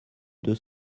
deux